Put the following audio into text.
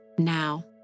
now